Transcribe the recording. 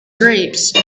grapes